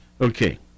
Okay